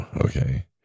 okay